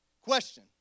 Question